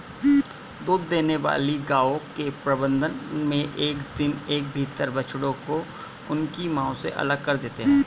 दूध देने वाली गायों के प्रबंधन मे एक दिन के भीतर बछड़ों को उनकी मां से अलग कर देते हैं